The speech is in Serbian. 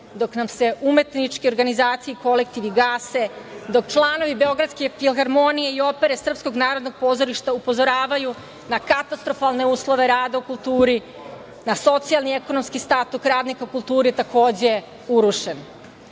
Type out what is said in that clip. dok nam se umetničke organizacije i kolektivi gase, dok članovi Beogradske filharmonije i opere Srpskog narodnog pozorišta upozoravaju na katastrofalne uslove rada u kulturi, na socijalni i ekonomski statut radnika u kulturi je takođe urušen.U